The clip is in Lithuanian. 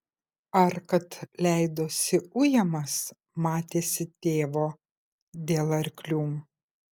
ar kad leidosi ujamas matėsi tėvo dėl arklių